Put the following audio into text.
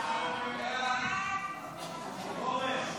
להעביר את